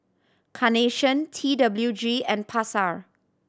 Carnation T W G and Pasar